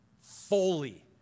Fully